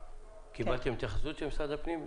קיבלתם התייחסות ממשרד הפנים לנושא?